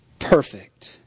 perfect